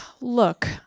Look